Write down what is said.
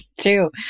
true